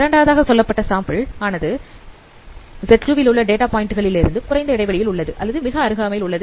இரண்டாவதாக சொல்லப்பட்ட சாம்பிள் ஆனது Z2 விலுள்ள டேட்டா பாயிண்ட் களிடமிருந்து குறைந்த இடைவெளியில் உள்ளது அல்லது மிக அருகாமையில் உள்ளது